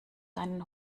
deinen